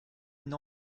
une